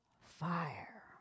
fire